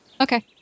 Okay